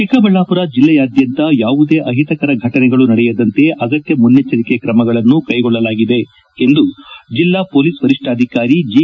ಚಿಕ್ಕಬಳ್ಳಾಪುರ ಜಿಲ್ಲೆಯಾದ್ದಂತ ಯಾವುದೇ ಅಹಿತಕರ ಘಟನೆಗಳು ನಡೆಯದಂತೆ ಅಗತ್ಯ ಮುನ್ನೆಚ್ಚರಿಕೆ ಕ್ರಮಗಳನ್ನು ಕೈಗೊಳ್ಳಲಾಗಿದೆ ಎಂದು ಜೆಲ್ಲಾ ಪೊಲೀಸ್ ವರಿಷ್ಠಾಧಿಕಾರಿ ಜೆ